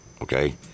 Okay